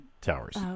Towers